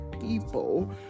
people